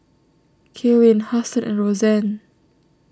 Kaelyn Huston and Rosann